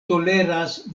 toleras